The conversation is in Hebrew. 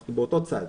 אנחנו באותו צד,